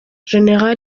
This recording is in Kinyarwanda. gen